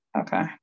Okay